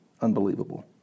unbelievable